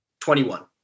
21